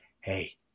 Hey